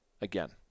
again